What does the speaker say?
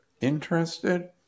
interested